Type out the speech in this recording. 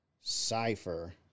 cipher